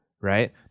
right